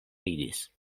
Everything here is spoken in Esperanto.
ridis